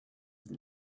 than